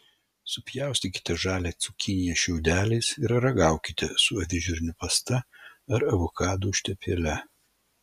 supjaustykite žalią cukiniją šiaudeliais ir ragaukite su avinžirnių pasta ar avokadų užtepėle